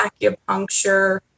acupuncture